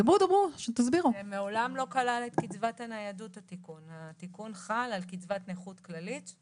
התיקון חל על קצבת נכות כללית,